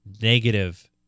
negative